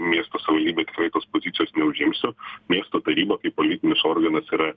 miesto savivaldybę tikrai tos pozicijos neužimsiu miesto taryba kaip politinis organas yra